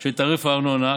של תעריף הארנונה,